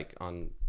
on –